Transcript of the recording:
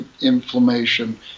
inflammation